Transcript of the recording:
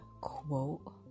quote